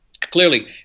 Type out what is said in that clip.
clearly